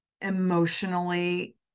emotionally